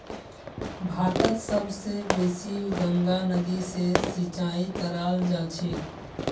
भारतत सब स बेसी गंगा नदी स सिंचाई कराल जाछेक